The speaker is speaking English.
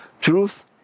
truth